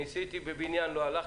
ניסיתי בבניין לא הלך,